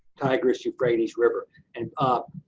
tigris euphrates river and up.